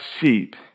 sheep